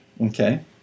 Okay